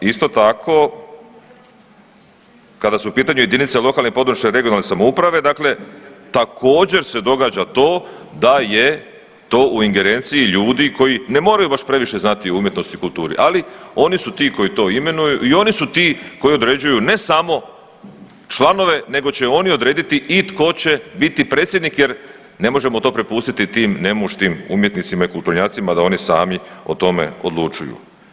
Isto tako, kada su u pitaju jedinice lokale i područne regionalne samouprave dakle također se događa to da je to u ingerenciji ljudi koji ne moraju baš previše znati o umjetnosti ili kulturi, ali oni su ti koji to imenuju i oni su ti koji određuju ne samo članove nego će oni odrediti i tko će biti predsjednik jer ne možemo to prepustiti tim nemuštim umjetnicima i kulturnjacima da oni sami o tome odlučuju.